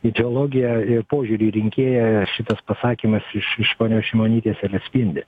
ideologiją ir požiūrį į rinkėją šitas pasakymas iš iš ponios šimonytės ir atspindi